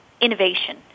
innovation